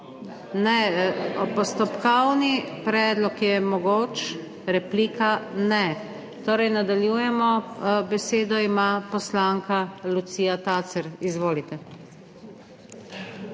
Ne, postopkovni predlog je mogoč, replika ne. Torej nadaljujemo. Besedo ima poslanka Lucija Tacer. Izvolite.